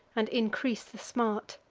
and increase the smart.